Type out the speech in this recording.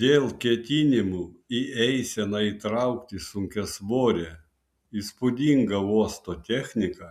dėl ketinimų į eiseną įtraukti sunkiasvorę įspūdingą uosto techniką